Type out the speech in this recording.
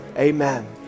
amen